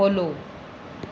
follow